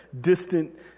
distant